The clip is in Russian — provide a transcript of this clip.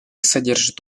содержит